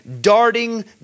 darting